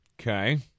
Okay